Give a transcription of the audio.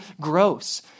gross